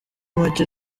make